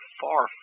far